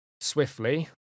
swiftly